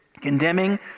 condemning